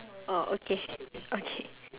orh okay okay